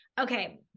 Okay